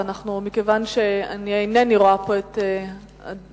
ומכיוון שאני אינני רואה פה את הדוברים,